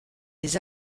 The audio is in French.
des